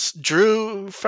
Drew